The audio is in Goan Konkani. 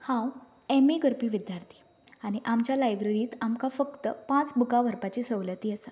हांव एम ए करपी विद्यार्थी आनी आमच्या लायब्ररींत आमकां फकत पांच बुकां व्हरपाची सवलती आसा